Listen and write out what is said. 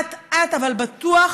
אט-אט אבל בטוח,